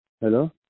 Hello